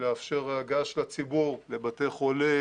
לאפשר הגעה של הציבור לבתי חולים,